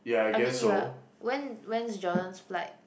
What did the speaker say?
I mean you're when when's Jordan's flight